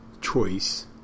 Choice